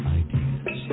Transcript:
ideas